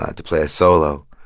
ah to play a solo,